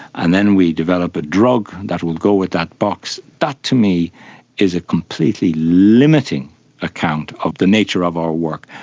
and then we develop a drug that will go with that box. that to me is a completely limiting account account of the nature of our work.